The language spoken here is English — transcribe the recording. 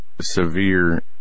severe